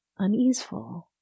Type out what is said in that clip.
uneaseful